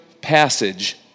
passage